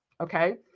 okay